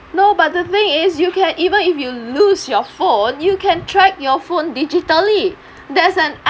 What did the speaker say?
no but the thing is you can even if you lose your phone you can track your phone digitally there's an